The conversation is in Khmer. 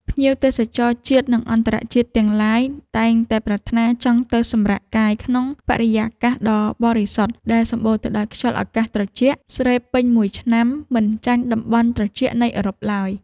ភ្ញៀវទេសចរជាតិ និង អន្តរជាតិទាំងឡាយតែងតែប្រាថ្នាចង់ទៅសម្រាកកាយក្នុងបរិយាកាសដ៏បរិសុទ្ធដែលសម្បូរទៅដោយខ្យល់អាកាសត្រជាក់ស្រេបពេញមួយឆ្នាំមិនចាញ់តំបន់ត្រជាក់នៃអឺរ៉ុបឡើយ។